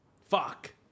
Fuck